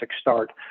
start